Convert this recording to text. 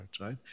right